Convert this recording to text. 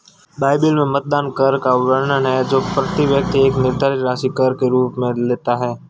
Bible में मतदान कर का वर्णन है जो प्रति व्यक्ति एक निर्धारित राशि कर के रूप में लेता है